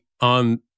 on